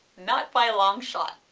not by a long shot.